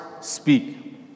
speak